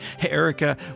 Erica